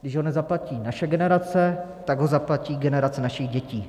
Když ho nezaplatí naše generace, tak ho zaplatí generace našich dětí.